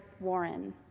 Warren